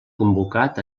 convocat